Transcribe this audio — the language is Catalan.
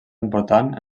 important